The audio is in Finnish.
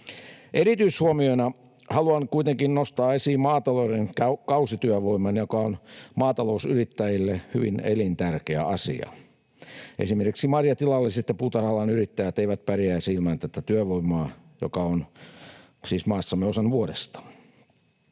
Erityishuomiona haluan kuitenkin nostaa esiin maatalouden kausityövoiman, joka on maatalousyrittäjille hyvin elintärkeä asia. Esimerkiksi marjatilalliset ja puutarha-alan yrittäjät eivät pärjäisi ilman tätä työvoimaa, joka on siis maassamme osan vuodesta.